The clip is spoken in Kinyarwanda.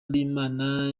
b’imana